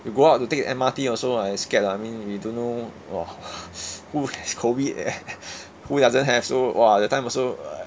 you go out to take M_R_T also like scared I mean we don't know !wah! who has COVID eh who doesn't have so !wah! that time also